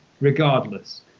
regardless